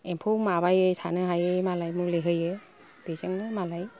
एम्फौ माबायै थानो हायै मुलि होयो बेजोंनो मालाय